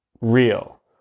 real